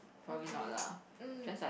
okay mm